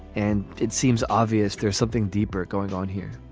and it seems obvious there's something deeper going on here.